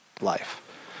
life